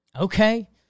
Okay